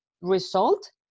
result